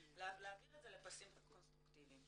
להעביר את זה לפסים קונסטרוקטיביים.